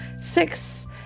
Six